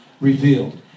revealed